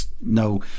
no